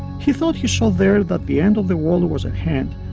he thought he saw there that the end of the world was at hand,